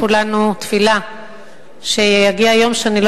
כולנו תפילה שיגיע היום שבו אני לא